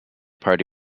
party